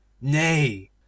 Nay